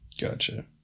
Gotcha